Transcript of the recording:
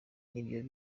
nibyo